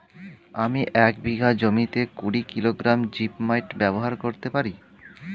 আমি এক বিঘা জমিতে কুড়ি কিলোগ্রাম জিপমাইট ব্যবহার করতে পারি?